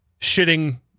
shitting